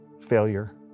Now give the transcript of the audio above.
failure